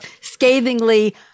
scathingly